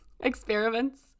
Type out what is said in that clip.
experiments